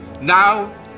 Now